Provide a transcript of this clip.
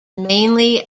mainly